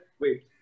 wait